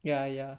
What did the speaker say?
yeah yeah